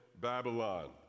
Babylon